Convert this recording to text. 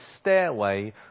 stairway